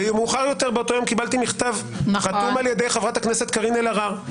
מאוחר יותר באותו יום קיבלתי מכתב חתום על ידי חברת הכנסת קארין אלהרר,